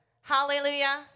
Hallelujah